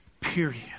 Period